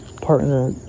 partner